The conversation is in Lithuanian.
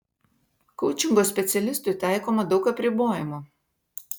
koučingo specialistui taikoma daug apribojimų